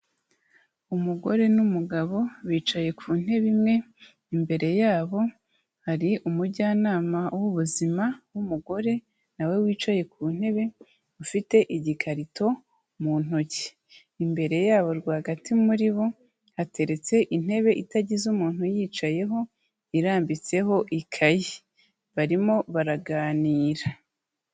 Umugore n'umugabo bicaye ku ntebe imwe, imbere yabo hari umujyanama w'ubuzima w'umugore na we wicaye ku ntebe, ufite igikarito mu ntoki, imbere yabo rwagati muri bo hateretse intebe itagize umuntu uyicayeho irambitseho ikayi barimo baraganira.